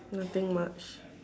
nothing much